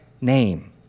name